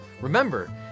Remember